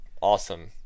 awesome